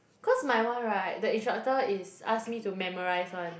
cause my one [right] the instructor is ask me to memorise one